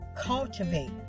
cultivate